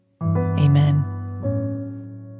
Amen